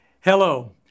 Hello